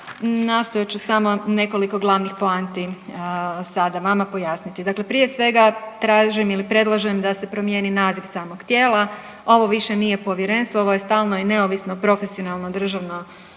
nastojat ću samo nekoliko glavnih poanti sada vama pojasniti. Dakle, prije svega tražim ili predlažem da se promijeni naziv samog tijela ovo više nije povjerenstvo ovo je stalno i neovisno profesionalno državno